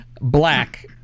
black